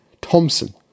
Thompson